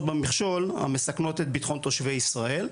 במכשול המסכנות את ביטחון תושבי ישראל.